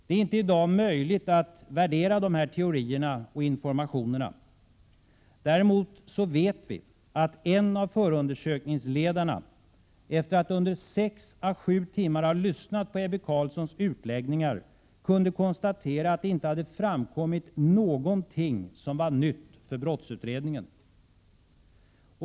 Det är inte i dag möjligt att värdera dessa teorier och informationer. Däremot vet vi att en av förundersökningsledarna, efter att under sex å sju timmar ha lyssnat på Ebbe Carlssons utläggningar, kunde konstatera att det inte hade framkommit någonting som var nytt för brottsutredningen.